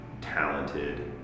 talented